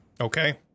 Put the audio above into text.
Okay